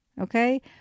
Okay